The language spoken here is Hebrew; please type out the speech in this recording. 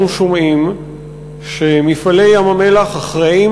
אנחנו שומעים ש"מפעלי ים-המלח" אחראים